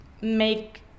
make